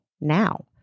now